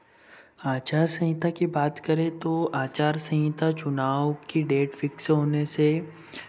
आचारसंहिता की बात करें तो आचारसंहिता चुनाव की डेट फिक्स होने से